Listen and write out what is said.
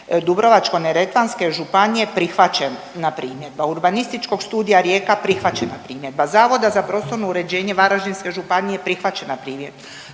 Dubrovačko-neretvanske županije prihvaćena primjedba, urbanističkog studija Rijeka prihvaćena primjedba, Zavoda za prostorno uređenje Varaždinske županije prihvaćena primjedba,